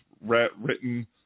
written